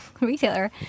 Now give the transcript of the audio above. retailer